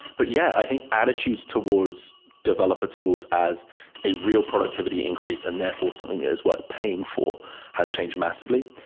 but yeah, i think attitudes towards developer tools as a real productivity increase, and therefore something that is worth paying for has changed massively.